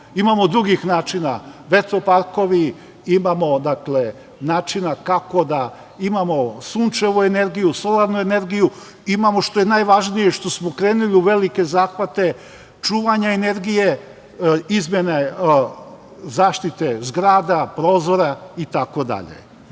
mnogo. Imamo drugih načina, vetro parkovi, imamo načina kako da imamo sunčevu energiju, solarnu energiju, imamo, što je najvažnije, što smo krenuli u velike zahvate, čuvanja energije, izmene zaštite zgrada, prozora,